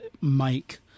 Mike